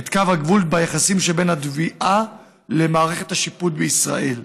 את קו הגבול ביחסים שבין התביעה למערכת השיפוט בישראל.